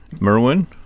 Merwin